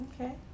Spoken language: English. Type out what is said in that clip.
Okay